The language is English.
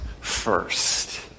first